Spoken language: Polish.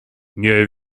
nie